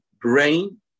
brain